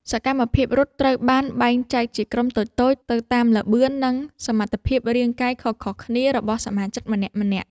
សកម្មភាពរត់ត្រូវបានបែងចែកជាក្រុមតូចៗទៅតាមល្បឿន និងសមត្ថភាពរាងកាយខុសៗគ្នារបស់សមាជិកម្នាក់ៗ។